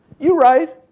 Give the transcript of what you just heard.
you right.